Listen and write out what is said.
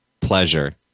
pleasure